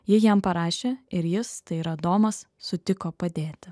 ji jam parašė ir jis tai yra domas sutiko padėti